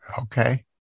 Okay